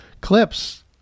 clips